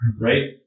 Right